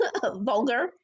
vulgar